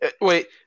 wait